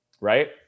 Right